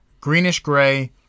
greenish-gray